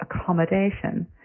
accommodation